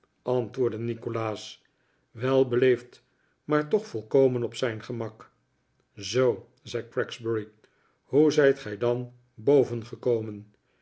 antwoordde nikolaas wel beleefd maar toch volkomen op zijn gemak zool zei gregsbury hoe zijt gij dan boven gekomen